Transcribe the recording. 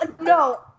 no